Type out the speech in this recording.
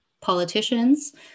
politicians